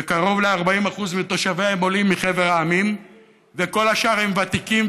וקרוב ל-40% מתושביה הם עולים מחבר המדינות וכל השאר הם ותיקים,